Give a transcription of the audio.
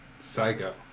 Psycho